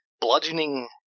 bludgeoning